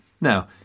Now